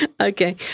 Okay